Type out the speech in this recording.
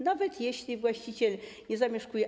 Nawet jeśli właściciel nie zamieszkuje.